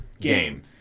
game